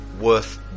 worth